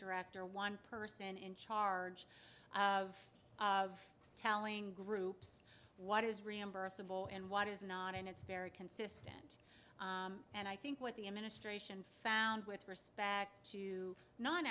director one person in charge of telling groups what is reimbursable and what is not and it's very consistent and i think what the administration found with respect to non